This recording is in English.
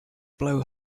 blow